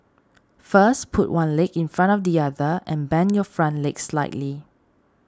first put one leg in front of the other and bend your front leg slightly